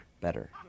better